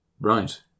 Right